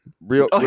Real